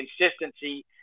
consistency